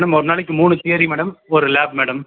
madam ஒரு நாளைக்கு மூணு தியரி மேடம் ஒரு லேப் மேடம்